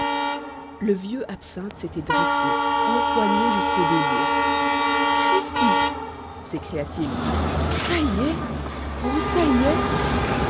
le vieux absinthe s'était dressé empoigné jusqu'au délire cristi s'écria-t-il ça y est oh ça y est